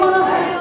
מה לעשות?